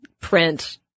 print